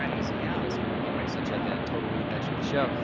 um because yeah spring awakening was such like a total reinvention of the show.